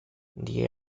the